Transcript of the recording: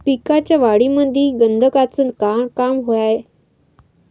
पिकाच्या वाढीमंदी गंधकाचं का काम हाये?